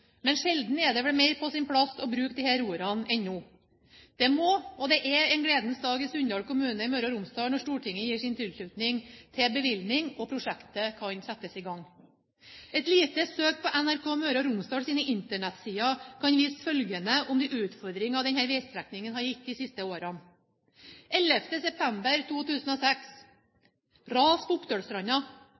Men sjelden er det vel mer på sin plass å bruke disse ordene enn nå. Det må være – og er – en gledens dag i Sunndal kommune i Møre og Romsdal når Stortinget gir sin tilslutning til bevilgning, og prosjektet kan settes i gang. Et lite søk på NRK Møre og Romsdals internettsider viser følgende om de utfordringer denne veistrekningen har gitt de siste årene: 11. september 2006: